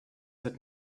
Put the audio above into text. had